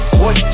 boy